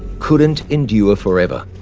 couldn't endure forever.